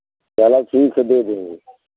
चलो ठीक है दे देंगे